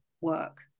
work